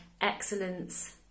excellence